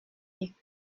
les